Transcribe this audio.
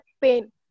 pain